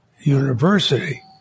university